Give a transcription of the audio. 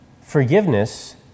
Forgiveness